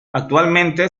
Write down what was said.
actualmente